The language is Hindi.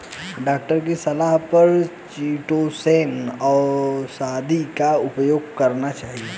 डॉक्टर की सलाह पर चीटोसोंन औषधि का उपयोग करना चाहिए